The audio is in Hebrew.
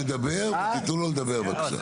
זאת אומרת לא לתת לבן אדם ביטחון,